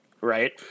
right